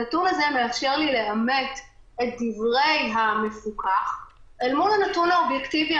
הנתון הזה מאפשר לי לאמת את דברי המפוקח אל מול הנתון האובייקטיבי,